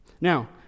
Now